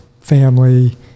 family